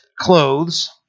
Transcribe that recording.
clothes